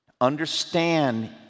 Understand